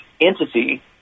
entity